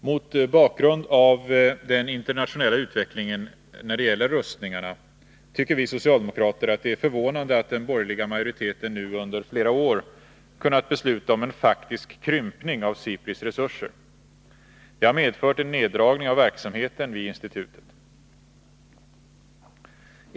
Mot bakgrund av den internationella utvecklingen när det gäller rustningarna tycker vi socialdemokrater att det är förvånande att den borgerliga majoriteten nu under flera år kunnat besluta om en faktisk krympning av SIPRI:s resurser. Det har medfört en neddragning av verksamheten vid institutet.